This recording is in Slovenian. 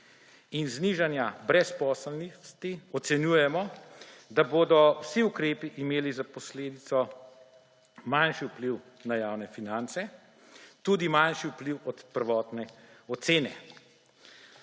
in znižanja brezposelnosti ocenjujemo, da bodo vsi ukrepi imeli za posledico manjši vpliv na javne finance, tudi manjši vpliv od prvotne ocene.